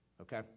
Okay